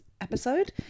episode